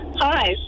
Hi